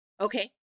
Okay